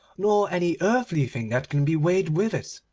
nor any earthly thing that can be weighed with it.